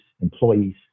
employees